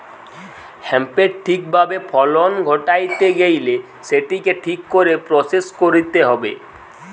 হেম্পের ঠিক ভাবে ফলন ঘটাইতে গেইলে সেটিকে ঠিক করে প্রসেস কইরতে হবে